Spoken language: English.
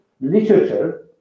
literature